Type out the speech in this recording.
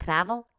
Travel